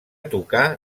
tocar